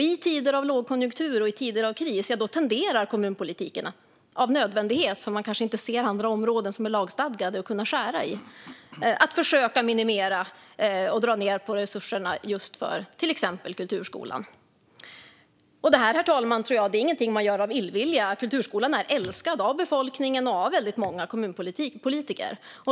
I tider av lågkonjunktur och i tider av kris tenderar kommunpolitikerna av nödvändighet, för de kanske inte ser några lagstadgade verksamheter som de kan skära i, att försöka minimera och dra ned på resurserna för till exempel kulturskolan. Det här är inget man gör av illvilja, tror jag. Kulturskolan är älskad av befolkningen och av väldigt många kommunpolitiker.